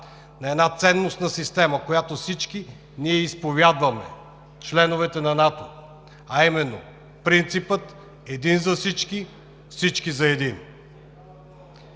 на една ценностна система, която всички ние изповядваме – членовете на НАТО, а именно принципа „Един за всички – всички за един!“